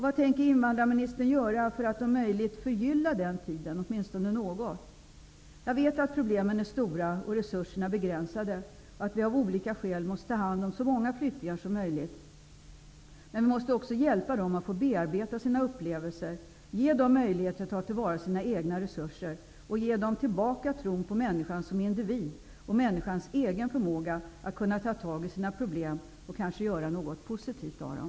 Vad tänker invandrarministern göra för att om möjligt åtminstone något förgylla den tiden? Jag vet att problemen är stora, att resurserna är begränsade och att vi av olika skäl måste ta hand om så många flyktingar som möjligt. Men vi måste också hjälpa dessa flyktingar att bearbeta sina upplevelser, ge dem möjlighet att ta till vara sina egna resurser och ge dem tillbaka tron på människan som individ och på människans egen förmåga att kunna ta tag i sina problem och kanske göra något positivt av dem.